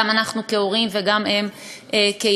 גם אנחנו כהורים וגם הם כילדים.